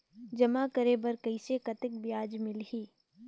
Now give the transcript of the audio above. जमा करे बर कइसे कतेक ब्याज मिलही?